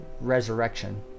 resurrection